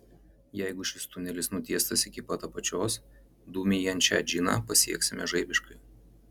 jeigu šis tunelis nutiestas iki pat apačios dūmijančią džiną pasieksime žaibiškai